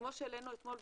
כמו שהעלינו אתמול,